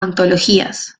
antologías